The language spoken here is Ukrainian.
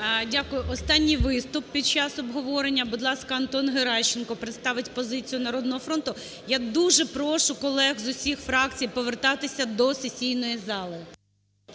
Дякую. Останній виступ під час обговорення. Будь ласка, Антон Геращенко представить позицію "Народного фронту". Я дуже прошу колег з усіх фракцій повертатися до сесійної хали.